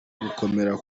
gukomera